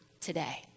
today